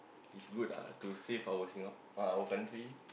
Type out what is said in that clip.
it's good lah to save our Singap~ our country